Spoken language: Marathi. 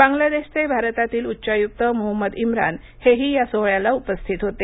बांगलादेशचे भारतातील उच्चायुक्त मोहम्मद इम्रान हेही या सोहळ्यास उपस्थित होते